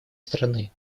страны